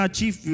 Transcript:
chief